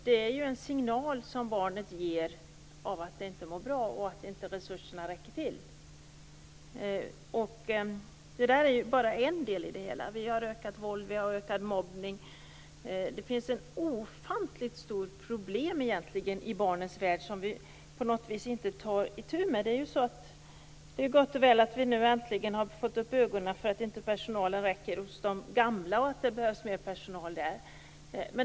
Det är en signal som barnet ger om att det inte mår bra, en signal om att resurserna inte räcker till. Det här är dock bara en del i det hela. Därtill kommer att det är ett ökat våld och en ökad mobbning. Egentligen finns det ofantligt stora problem i barnens värld som vi på något sätt inte tar itu med. Det är gott och väl att vi äntligen har fått upp ögonen för att personalen inte räcker bland de gamla. Det behövs alltså mera personal där.